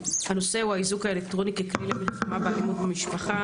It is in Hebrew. הנושא הוא האיזוק האלקטרוני ככלי למלחמה באלימות במשפחה